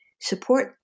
support